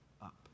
up